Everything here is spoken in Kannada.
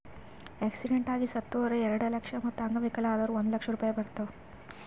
ಆಕ್ಸಿಡೆಂಟ್ ಆಗಿ ಸತ್ತುರ್ ಎರೆಡ ಲಕ್ಷ, ಮತ್ತ ಅಂಗವಿಕಲ ಆದುರ್ ಒಂದ್ ಲಕ್ಷ ರೂಪಾಯಿ ಬರ್ತಾವ್